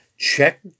Check